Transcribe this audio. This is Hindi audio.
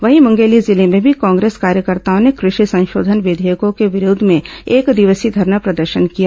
वहीं मुंगेली जिले में भी कांग्रेस कार्यकर्ताओं ने कृषि संशोधन विधेयकों के विरोध में एकदिवसीय धरना प्रदर्शन ँकिया